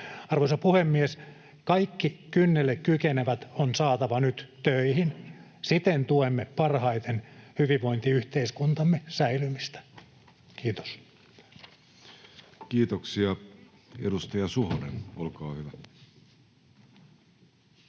Arvoisa puhemies! Kaikki kynnelle kykenevät on saatava nyt töihin. Siten tuemme parhaiten hyvinvointiyhteiskuntamme säilymistä. — Kiitos. [Speech